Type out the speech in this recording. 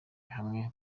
hamwe